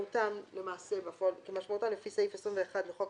למעשה בפועל כמשמעותם לפי סעיף 21 לחוק